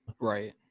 right